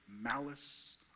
malice